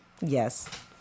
yes